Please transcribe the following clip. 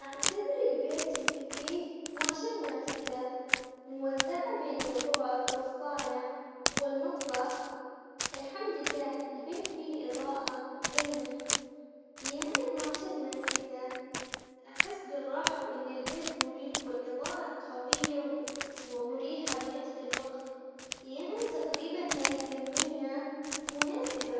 أعتبر البيت اللي فيه اثنا عشر نافذة موزعة بين الغرف والصالة والمطبخ، الحمد لله البيت فيه إضاءة زينة يعني اثنا عشر نافذة أحس بالراحة وإن البيت مريح والإضاءة قوية وال- ومريحة بنفس الوقت، يعني تقريباً هالكمية مناسبة.